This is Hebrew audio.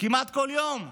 בכל יום כמעט.